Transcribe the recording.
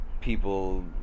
people